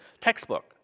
textbook